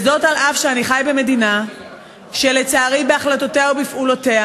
אף שאני חי במדינה שלצערי בהחלטותיה ובפעולותיה